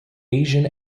asian